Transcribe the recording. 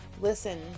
listen